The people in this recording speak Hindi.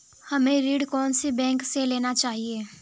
हमें ऋण कौन सी बैंक से लेना चाहिए?